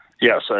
Yes